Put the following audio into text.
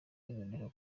iboneka